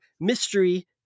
mystery